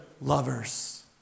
lovers